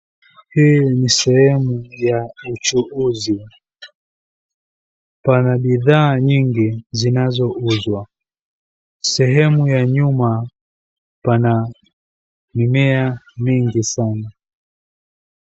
Hii ni sehemu ya uchuuzi. Pana bidhaa nyingi zinazouzwa. Sehemu ya nyuma pana mimea mingi sana.